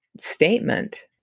statement